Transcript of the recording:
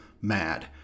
mad